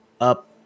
up